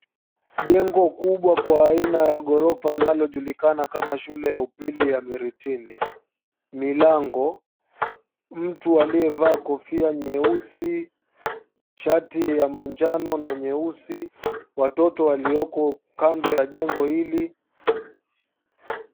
Jengo kubwa kwa aina ya ghorofa linalojulikana kama shule ya upili ya Miritini. Milango, mtu aliyevaa kofia nyeusi, shati ya manjano na nyeusi. Watoto walioko kando ya jengo hili.